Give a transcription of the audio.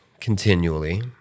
continually